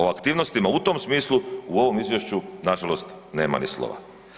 O aktivnostima u tom smislu u ovom izvješću nažalost nema ni slova.